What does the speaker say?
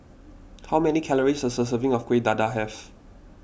how many calories does a serving of Kuih Dadar have